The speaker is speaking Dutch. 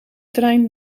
trein